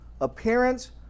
appearance